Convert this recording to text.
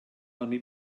oni